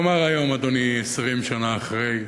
מה אומר היום, אדוני, 20 שנה אחרי?